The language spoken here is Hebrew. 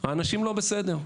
והאנשים לא בסדר.